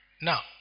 Now